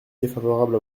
défavorable